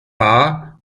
bar